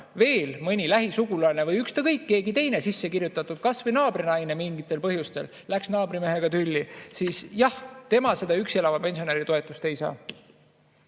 veel mõni lähisugulane või ükskõik, keegi teine sisse kirjutatud, kas või naabrinaine mingitel põhjustel, läks naabrimehega tülli, siis jah, tema seda üksi elava pensionäri toetust ei saa.